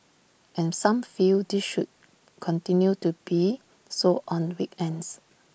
and some feel this should continue to be so on weekends